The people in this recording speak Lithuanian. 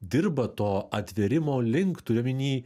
dirba to atvėrimo link turiu omeny